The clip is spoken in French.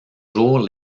jours